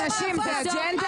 למה את לא נותנת לי